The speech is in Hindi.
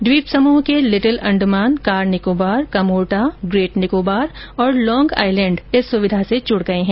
द्वीप समूह के Little Andaman Car Nicobar Kamorta Great Nicobar Long Island इस सुविधा से जुड गये है